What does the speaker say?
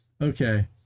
Okay